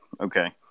Okay